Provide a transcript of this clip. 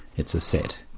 it's a set.